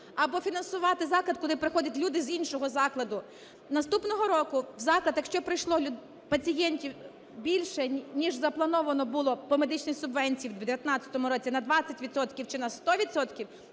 або фінансувати заклад, куди приходять люди з іншого закладу. Наступного року в заклад, якщо прийшло пацієнтів більше, ніж заплановано було по медичній субвенції в 19-му році, на 20 відсотків